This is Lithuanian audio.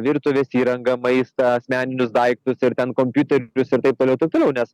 virtuvės įrangą maistą asmeninius daiktus ir ten kompiuterius ir taip toliau ir taip toliau nes